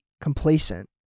complacent